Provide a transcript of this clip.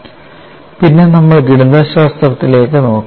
പിന്നെ നമ്മൾ ഗണിതശാസ്ത്രത്തിലേക്ക് നോക്കി